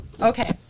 Okay